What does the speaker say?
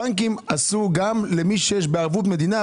הבנקים עשו גם למי שיש בערבות מדינה,